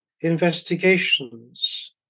investigations